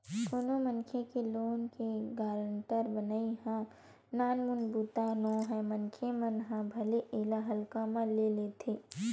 कोनो मनखे के लोन के गारेंटर बनई ह नानमुन बूता नोहय मनखे मन ह भले एला हल्का म ले लेथे